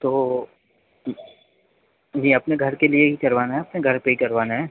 तो अपने घर के लिए ही करवाना है अपने घर पर ही करवाना है